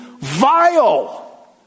vile